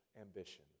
ambition